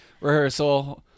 rehearsal